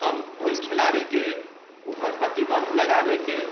हम ओइ खेलाड़ीके ऊपर प्रतिबन्ध लगाबैके